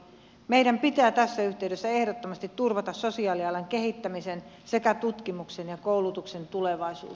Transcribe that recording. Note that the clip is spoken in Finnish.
meidän pitää tässä yhteydessä ehdottomasti turvata sosiaalialan kehittämisen sekä tutkimuksen ja koulutuksen tulevaisuus